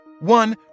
One